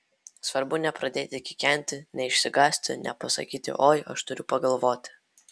svarbu nepradėti kikenti neišsigąsti nepasakyti oi aš turiu pagalvoti